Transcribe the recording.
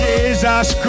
Jesus